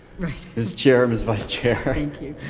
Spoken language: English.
right. ms. chair, ms. vice chair. thank you.